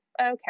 okay